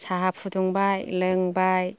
साहा फुदुंबाय लोंबाय